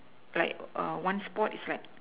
like err one sport is like